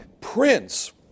prince